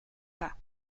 pas